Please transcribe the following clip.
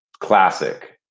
classic